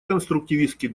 конструктивистский